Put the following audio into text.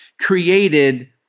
created